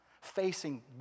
Facing